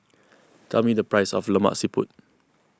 tell me the price of Lemak Siput